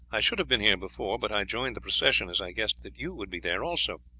i should have been here before, but i joined the procession, as i guessed that you would be there also.